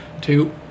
Two